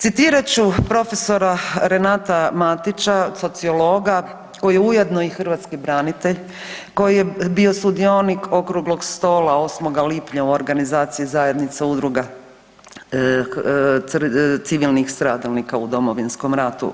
Citirat ću profesora Renata Matića, sociologa koji je ujedno i hrvatski branitelj, koji je bio sudionik okruglog stola 8. Lipnja u organizaciji zajednica udruga civilnih stradalnika u Domovinskom ratu.